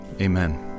Amen